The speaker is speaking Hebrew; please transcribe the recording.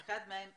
שידברו והם ב-זום.